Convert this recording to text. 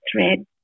thread